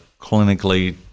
clinically